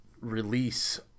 release